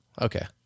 Okay